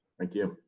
thank you,